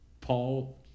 Paul